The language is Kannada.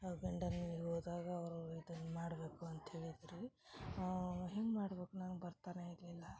ಅವ್ರ ಗಂಡನ ಮನೆಗೆ ಹೋದಾಗ ಅವ್ರ ಇದುನ್ನ ಮಾಡಬೇಕು ಅಂತೇಳಿದ್ದು ರೀ ಹೆಂಗ ಮಾಡ್ಬೇಕು ನನ್ಗ ಬರ್ತಾನೆ ಇರಲಿಲ್ಲ